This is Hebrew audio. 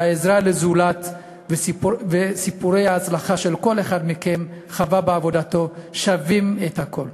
העזרה לזולת וסיפורי ההצלחה שכל אחד מכם חווה בעבודתו שווים את הכול.